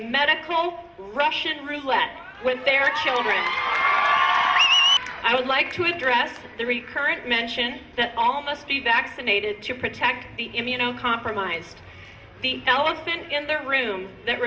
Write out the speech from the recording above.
medical russian roulette with their children i would like to address the recurrent mention that all must be vaccinated to protect the immunocompromised the elephant in the room that